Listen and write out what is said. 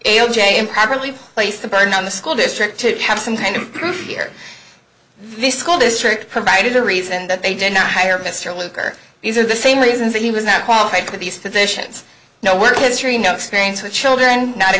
probably place the burden on the school district to have some kind of proof here the school district provided a reason that they did not hire mr luker these are the same reasons that he was not qualified for these positions no work history no experience with children not a